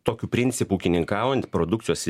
tokiu principu ūkininkaujant produkcijos